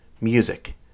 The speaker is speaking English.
music